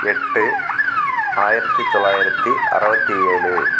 எட்டு ஆயிரத்தி தொள்ளாயிரத்தி அறுவத்தி ஏழு